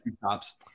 tops